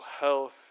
health